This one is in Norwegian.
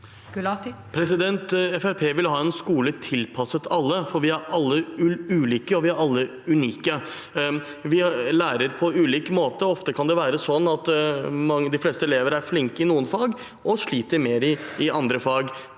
tiet vil ha en skole tilpasset alle, for vi er alle ulike, og vi er alle unike. Vi lærer på ulik måte, og ofte kan det være sånn at de fleste elever er flinke i noen fag og sliter mer i andre fag.